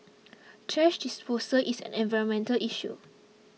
thrash disposal is an environmental issue